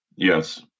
Yes